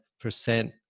percent